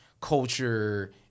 culture